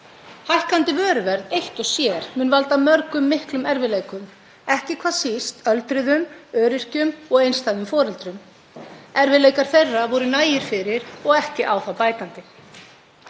Hækkandi vöruverð eitt og sér mun valda mörgum miklum erfiðleikum, ekki hvað síst öldruðum, öryrkjum og einstæðum foreldrum. Erfiðleikar þeirra voru nægir fyrir og ekki á þá bætandi.